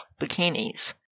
bikinis